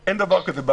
שאין דבר כזה.